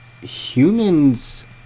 Humans